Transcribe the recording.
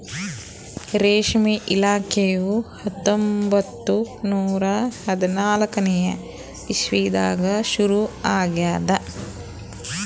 ರೇಷ್ಮೆ ಇಲಾಖೆಯು ಹತ್ತೊಂಬತ್ತು ನೂರಾ ಹದಿನಾಲ್ಕನೇ ಇಸ್ವಿದಾಗ ಶುರು ಆಗ್ಯದ್